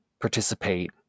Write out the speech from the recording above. participate